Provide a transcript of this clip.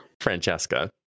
Francesca